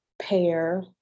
pair